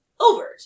Overt